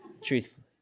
truthfully